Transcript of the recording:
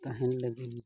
ᱛᱟᱦᱮᱱ ᱞᱟᱹᱜᱤᱫ